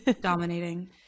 dominating